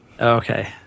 Okay